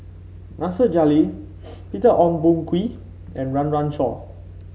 Nasir Jalil Peter Ong Boon Kwee and Run Run Shaw